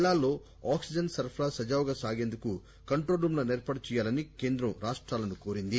జిల్లాల్లో ఆక్సిజన్ సరఫరా సజావుగా సాగేందుకు కంట్రోల్ రూమ్ లను ఏర్పాటు చేయాలని కేంద్రం రాష్టాలను కోరింది